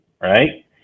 Right